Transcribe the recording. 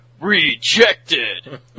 rejected